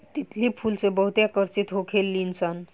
तितली फूल से बहुते आकर्षित होखे लिसन